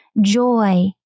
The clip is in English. joy